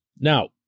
Now